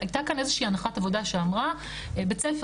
הייתה כאן איזו שהיא הנחת עבודה שאמרה בית הספר